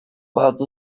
other